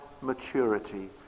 maturity